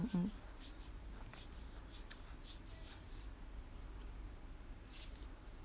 mmhmm